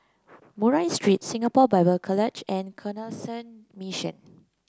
Murray Street Singapore Bible College and Canossian Mission